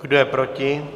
Kdo je proti?